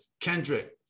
Kendrick